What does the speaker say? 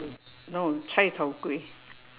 no cai-tao-kway